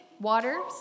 water